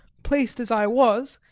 placed as i was,